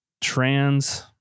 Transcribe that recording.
trans